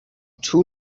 two